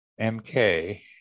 MK